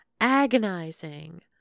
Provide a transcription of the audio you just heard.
Agonizing